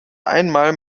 einmal